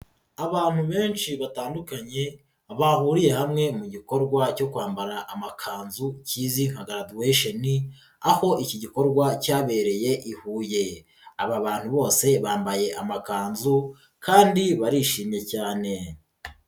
Abantu benshi batandukanye, bahuriye hamwe mu gikorwa cyo kwambara amakanzu kizwi nka graduation, aho iki gikorwa cyabereye i Huye, aba bantu bose bambaye amakanzu kandi barishimye cyane.